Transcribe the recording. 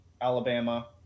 alabama